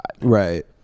Right